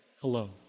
hello